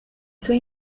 suoi